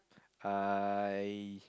I